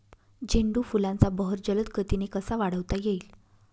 झेंडू फुलांचा बहर जलद गतीने कसा वाढवता येईल?